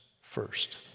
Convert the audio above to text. first